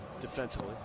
Defensively